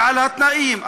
ועל התנאים,